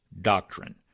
doctrine